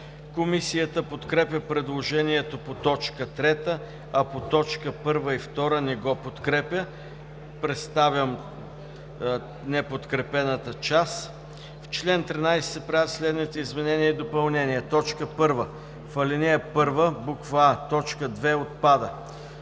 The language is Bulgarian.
Комисията подкрепя предложението по т. 3, а по т. 1 и 2 не го подкрепя. Представям неподкрепената част: „В чл. 13 се правят следните изменения и допълнения: „1. В ал. 1: а) точка 2 отпада;